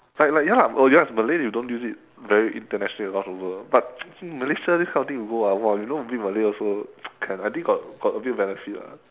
like like ya lah oh ya malay you don't use it very internationally around the world but malaysia this kind of thing you go ah !wah! you know a bit of malay also can I think got got a bit of benefit lah